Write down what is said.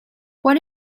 what